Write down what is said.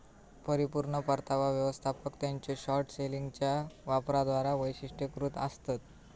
परिपूर्ण परतावा व्यवस्थापक त्यांच्यो शॉर्ट सेलिंगच्यो वापराद्वारा वैशिष्ट्यीकृत आसतत